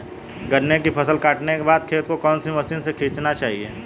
गन्ने की फसल काटने के बाद खेत को कौन सी मशीन से सींचना चाहिये?